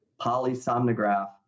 polysomnograph